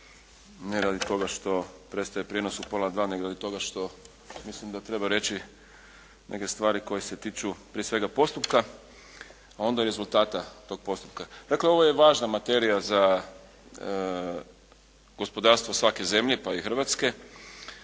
ne radi toga što prestaje prijenos u pola 2 nego radi toga što mislim da treba reći neke stvari koje se tiču prije svega postupka a onda i rezultata tog postupka. Dakle ovo je važna materija za gospodarstvo svake zemlje pa i Hrvatske.